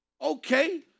Okay